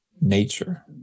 nature